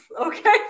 okay